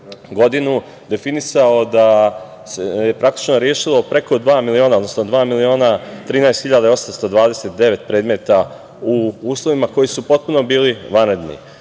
godinu definisao da se rešilo preko dva miliona, odnosno dva miliona 13.829 predmeta u uslovima koji su potpuno bili vanredni,